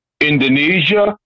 Indonesia